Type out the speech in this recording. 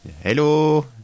Hello